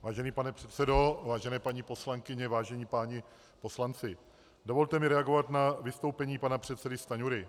Vážený pane předsedo, vážené paní poslankyně, vážení páni poslanci, dovolte mi reagovat na vystoupení pana předsedy Stanjury.